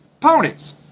ponies